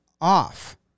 off